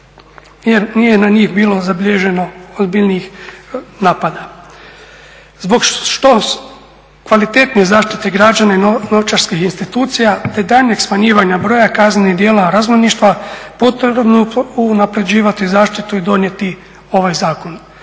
nije na njih bilo zabilježeno ozbiljnijih napada. Zbog što kvalitetnije zaštite građana i novčarskih institucija te daljnjeg smanjivanja broja kaznenih djela razbojništva potrebno je unapređivati zaštitu i donijeti ovaj zakon.